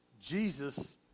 Jesus